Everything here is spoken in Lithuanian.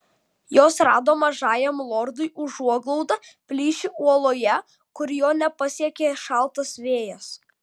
jos rado mažajam lordui užuoglaudą plyšį uoloje kur jo nepasiekė šaltas vėjas